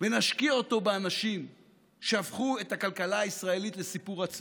וצופה ירידה בצמיחה וכן בצריכה